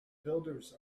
builders